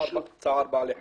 צער בעלי חיים.